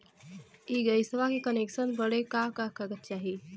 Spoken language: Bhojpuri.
इ गइसवा के कनेक्सन बड़े का का कागज चाही?